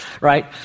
right